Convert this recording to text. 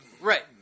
Right